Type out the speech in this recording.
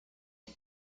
que